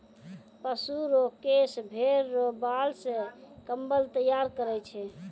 पशु रो केश भेड़ा रो बाल से कम्मल तैयार करै छै